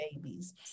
babies